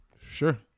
Sure